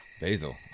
Basil